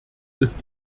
ist